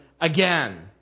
again